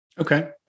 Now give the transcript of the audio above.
Okay